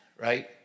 right